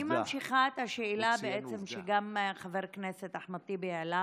אני ממשיכה את השאלה שגם חבר הכנסת אחמד טיבי העלה